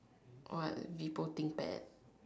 what people Thinkpad